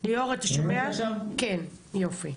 כן, יופי.